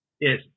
Yes